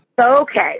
Okay